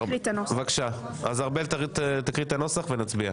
בבקשה, ארבל תקריא את הנוסח ונצביע.